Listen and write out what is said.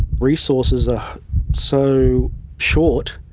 resources are so short